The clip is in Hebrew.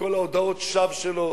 וכל הודעות השווא שלו,